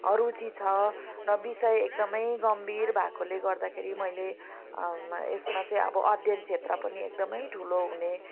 रुचि छ र विषय एकदमै गम्भीर भएकोले गर्दाखेरि मैले यसमा चाहिँ अब अध्ययन क्षेत्र पनि एकदमै ठुलो हुने